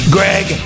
Greg